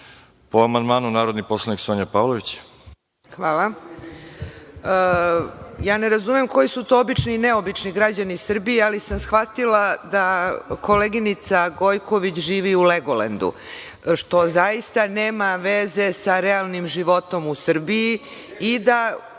amandmanu, narodni poslanik Sonja Pavlović. **Sonja Pavlović** Hvala. Ne razumem koji su to obični i neobični građani Srbije, ali sam shvatila da koleginica Gojković živi u Legolendu, što zaista nema veze sa realnim životom u Srbiji.